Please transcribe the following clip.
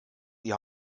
die